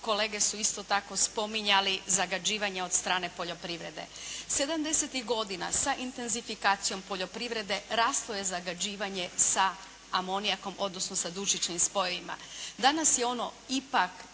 kolege su isto tako spominjali zagađivanje od strane poljoprivrede. Sedamdesetih godina sa intenzifikacijom poljoprivrede raslo je zagađivanje sa amonijakom, odnosno sa dušičnim spojevima. Danas je ono ipak